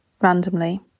randomly